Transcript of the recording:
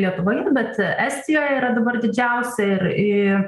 lietuvoje bet estijoj yra dabar didžiausia ir i